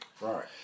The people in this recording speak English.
Right